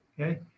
okay